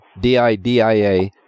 D-I-D-I-A